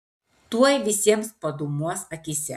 tuoj visiems padūmuos akyse